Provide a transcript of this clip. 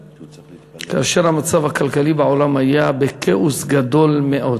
כאשר המצב הכלכלי בעולם היה בכאוס גדול מאוד.